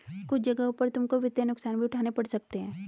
कुछ जगहों पर तुमको वित्तीय नुकसान भी उठाने पड़ सकते हैं